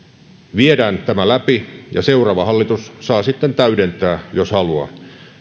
viedään tämä läpi ja seuraava hallitus saa sitten täydentää jos haluaa